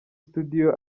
studio